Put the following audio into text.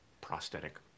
prosthetic